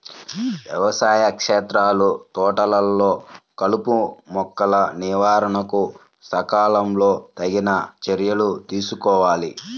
వ్యవసాయ క్షేత్రాలు, తోటలలో కలుపుమొక్కల నివారణకు సకాలంలో తగిన చర్యలు తీసుకోవాలి